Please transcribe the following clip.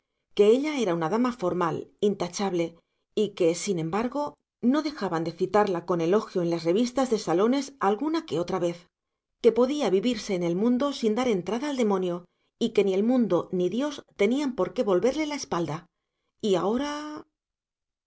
que ella era una dama formal intachable y que sin embargo no dejaban de citarla con elogio en las revistas de salones alguna que otra vez que podía vivirse en el mundo sin dar entrada al demonio y que ni el mundo ni dios tenían por qué volverle la espalda y ahora